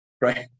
right